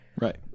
right